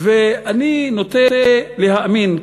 ואני נוטה להאמין,